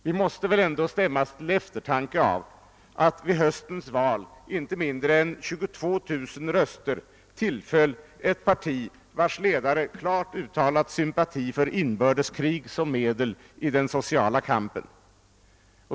Vi måste väl ändå stämmas till eftertanke av att vid höstens val inte mindre än 22000 röster tillföll ett parti, vars ledare klart uttalat sympati för inbördeskrig som medel i den sociala kampen.